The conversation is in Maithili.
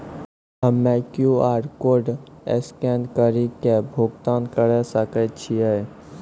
हम्मय क्यू.आर कोड स्कैन कड़ी के भुगतान करें सकय छियै?